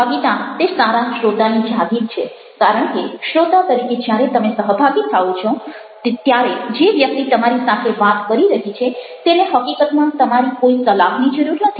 સહભાગિતા તે સારા શ્રોતાની જાગીર છે કારણ કે શ્રોતા તરીકે જ્યારે તમે સહભાગી થાઓ છો ત્યારે જે વ્યક્તિ તમારી સાથે વાત કરી રહી છે તેને હકીકતમાં તમારી કોઇ સલાહની જરૂર નથી